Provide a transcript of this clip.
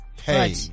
Hey